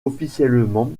officiellement